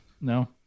No